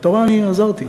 אתה רואה, אני עזרתי.